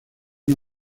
una